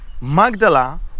Magdala